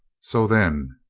so then.